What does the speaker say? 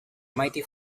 mighty